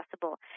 possible